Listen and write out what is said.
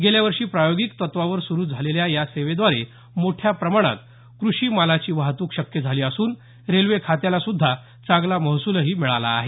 गेल्या वर्षी प्रायोगिक तत्वावर सुरू झालेल्या या सेवेद्वारे मोठ्या प्रमाणात क्रषी मालाची वाहतूक शक्य झाली असून रेल्वे खात्याला चांगला महसुलही मिळाला आहे